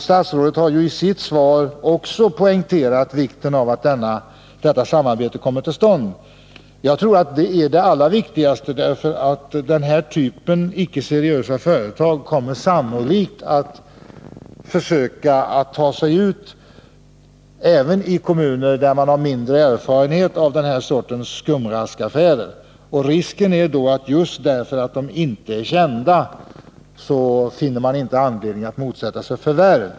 Statsrådet har i sitt svar också poängterat vikten av att detta samarbete kommer till stånd. Jag tror att det är det allra viktigaste. Den här typen av icke-seriösa företag kommer sannolikt att försöka ta sig ut även i kommuner där man har mindre erfarenhet av den här sortens skumraskaffärer. Risken är då att kommunen, just därför att köparna inte är kända, inte finner någon anledning att motsätta sig förvärv.